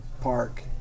Park